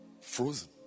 Frozen